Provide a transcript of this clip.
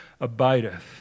abideth